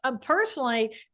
Personally